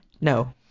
No